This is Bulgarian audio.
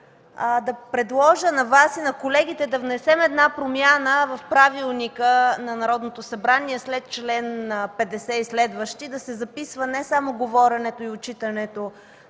да предложа на Вас и колегите да внесем една промяна в Правилника на Народното събрание – след чл. 50 и следващи да се записва не само говоренето и отчитането